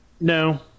no